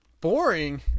Boring